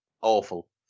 awful